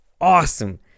awesome